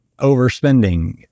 overspending